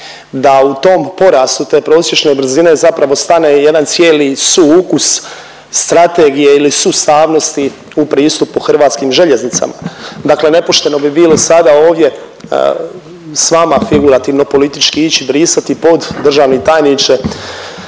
da u tom porastu te prosječne brzine zapravo stane i jedan cijeli sukus strategije ili sustavnosti u pristupu HŽ-u. Dakle, nepošteno bi bilo sada ovdje s vama figurativno politički ići brisati pod državni tajniče,